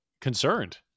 concerned